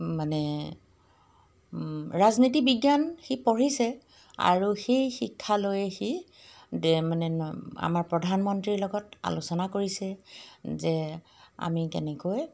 মানে ৰাজনীতি বিজ্ঞান সি পঢ়িছে আৰু সেই শিক্ষালৈ সি দ মানে আমাৰ প্ৰধানমন্ত্ৰীৰ লগত আলোচনা কৰিছে যে আমি কেনেকৈ